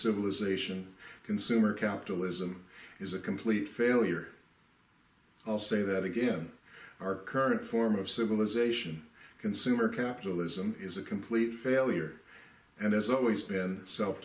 civilization consumer capitalism is a complete failure i'll say that again our current form of civilization consumer capitalism is a complete failure and has always been self